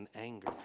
Anger